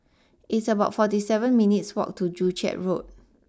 it's about forty seven minutes' walk to Joo Chiat Road